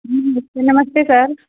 जी नमस्ते नमस्ते सर